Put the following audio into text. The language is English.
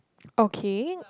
okay